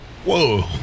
Whoa